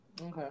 Okay